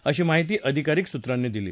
अशी माहिती अधिकारीक सूत्रांनी दिली